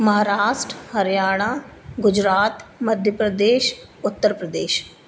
Maharashtra Haryana Gujarat Madhya Pradesh Uttar Pradesh